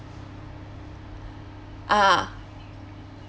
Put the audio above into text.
ah